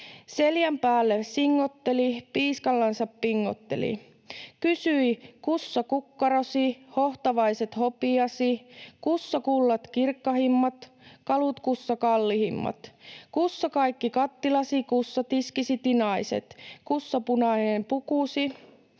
seljän päälle singotteli / piiskallansa pingotteli / kysyi: kussa kukkarosi / hohtavaiset hopiasi / kussa kullat kirkkahimmat / kalut kussa kallihimmat / kussa kaikki kattilasi / kussa tiskisi tinaiset / kussa punainen pukusi